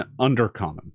undercommon